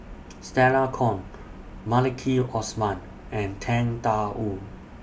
Stella Kon Maliki Osman and Tang DA Wu